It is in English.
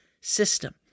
system